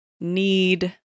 need